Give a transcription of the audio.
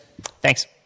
Thanks